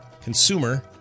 consumer